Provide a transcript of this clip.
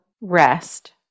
rest